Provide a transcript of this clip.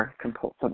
compulsive